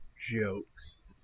jokes